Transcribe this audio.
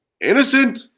Innocent